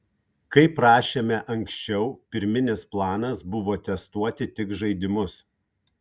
kaip rašėme anksčiau pirminis planas buvo testuoti tik žaidimus